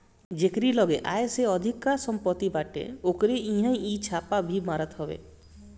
जेकरी लगे आय से अधिका सम्पत्ति बाटे ओकरी इहां इ छापा भी मारत हवे